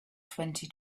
twenty